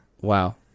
Wow